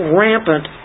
rampant